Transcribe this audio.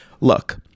look